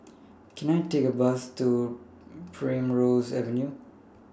Can I Take A Bus to Primrose Avenue